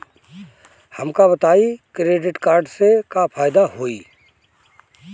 हमका बताई credit card से का फायदा होई?